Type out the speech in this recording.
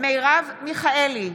מרב מיכאלי,